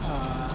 ah